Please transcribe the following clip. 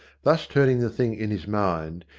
thus turning the thing in his mind,